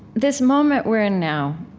this moment we're in now,